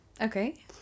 Okay